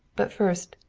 but first,